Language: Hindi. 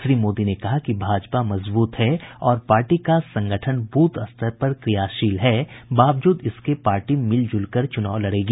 श्री मोदी ने कहा कि भाजपा मजबूत है और पार्टी का संगठन बूथ स्तर पर क्रियाशील है बावजूद इसके पार्टी मिल जुलकर चुनाव लड़ेगी